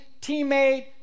teammate